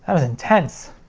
ah was intense.